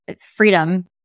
freedom